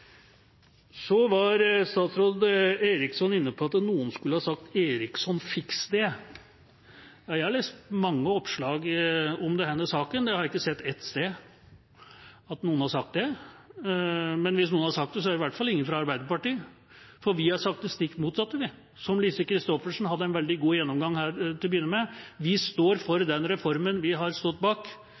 Så var statsråd Eriksson inne på at noen skulle ha sagt: «Eriksson, fiks det!». Jeg har lest mange oppslag om denne saken. Jeg har ikke sett ett sted at noen har sagt det. Men hvis noen har sagt det, er det i hvert fall ingen fra Arbeiderpartiet. Vi har sagt det stikk motsatte, som Lise Christoffersen hadde en veldig god gjennomgang av til å begynne med. Vi er for den reformen vi har stått bak,